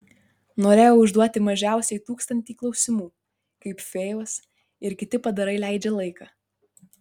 norėjau užduoti mažiausiai tūkstantį klausimų kaip fėjos ir kiti padarai leidžia laiką